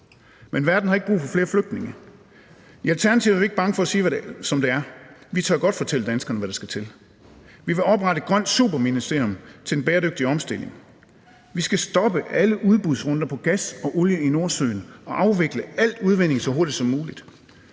Men verden har ikke brug for flere flygtninge. I Alternativet er vi ikke bange for at sige det, som det er. Vi tør godt fortælle danskerne, hvad der skal til. Vi vil oprette et grønt superministerium til den bæredygtige omstilling. Vi skal stoppe alle udbudsrunder på gas og olie i Nordsøen og afvikle al udvinding så hurtigt som muligt.